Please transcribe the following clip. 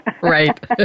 Right